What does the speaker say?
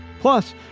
Plus